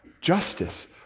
justice